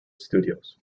studios